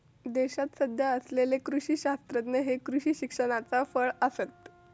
देशात सध्या असलेले कृषी शास्त्रज्ञ हे कृषी शिक्षणाचाच फळ आसत